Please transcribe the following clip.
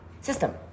system